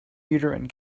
uterine